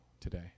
today